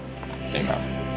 Amen